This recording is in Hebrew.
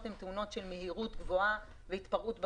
הן תאונות של מהירות גבוהה והתפרעות בכביש,